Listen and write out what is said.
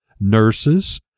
nurses